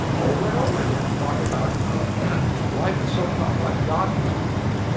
over and over again, talk about life is so complex, god must've done it.